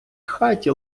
хаті